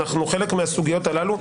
חלק מהסוגיות הללו,